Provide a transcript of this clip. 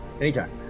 Anytime